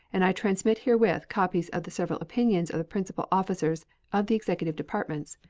and i transmit herewith copies of the several opinions of the principal officers of the executive departments,